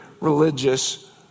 religious